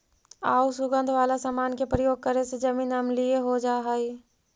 आउ सुगंध वाला समान के प्रयोग करे से जमीन अम्लीय हो जा हई